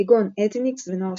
כגון אתניקס ונוער שוליים,